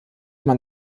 man